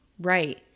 Right